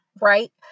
right